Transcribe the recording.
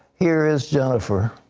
here is jennifer.